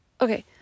Okay